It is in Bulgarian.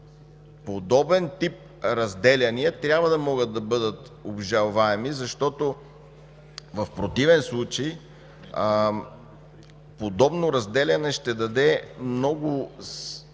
Подобен тип разделяния трябва да могат да бъдат обжалваеми, защото в противен случай подобно разделяне ще даде много